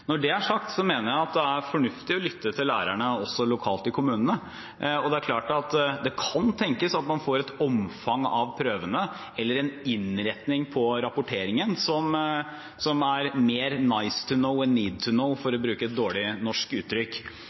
Når det er sagt, mener jeg at det er fornuftig å lytte til lærerne, også lokalt i kommunene. Og det er klart at det kan tenkes at man får et omfang av prøvene eller en innretning på rapporteringen som er mer «nice to know» enn «need to know», for å bruke et dårlig norsk uttrykk.